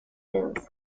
bills